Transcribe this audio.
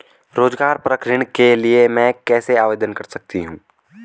रोज़गार परक ऋण के लिए मैं कैसे आवेदन कर सकतीं हूँ?